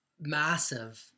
massive